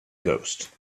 ghost